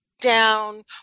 down